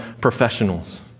professionals